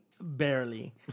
Barely